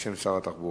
בשם שר התחבורה.